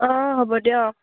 অঁ হ'ব দিয়ক